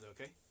okay